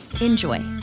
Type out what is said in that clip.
Enjoy